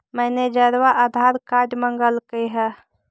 मैनेजरवा आधार कार्ड मगलके हे?